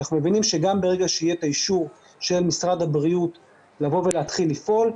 אנחנו מבינים שגם ברגע שיהיה את האישור של משרד הבריאות להתחיל לפעול,